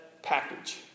package